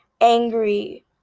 Angry